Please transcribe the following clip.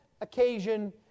occasion